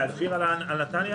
נתניה